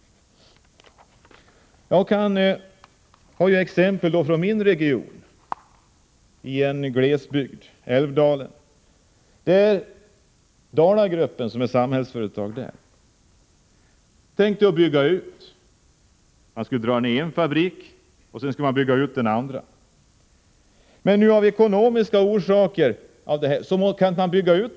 Jag kan ta exempel från min region —i en glesbygd — Älvdalen. Där utgörs Samhällsföretag av Dalagruppen. Där tänkte man bygga ut. Man skulle dra ned verksamheten vid en fabrik och bygga ut vid en annan. Men av ekonomiska skäl kunde man inte bygga ut.